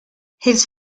his